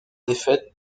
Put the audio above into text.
défaites